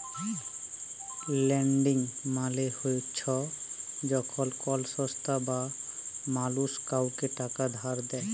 lending মালে চ্ছ যখল কল সংস্থা বা মালুস কাওকে টাকা ধার দেয়